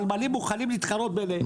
הנמלים מוכנים להתחרות ביניהם.